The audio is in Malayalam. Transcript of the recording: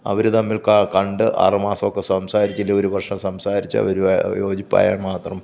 അവർ തമ്മിൽ കണ്ട് ആറുമാസമൊക്കെ സംസാരിച്ച് ഇല്ലേ ഒരു വർഷമൊക്കെ സംസാരിച്ച് അവർ യോജിപ്പായാൽ മാത്രം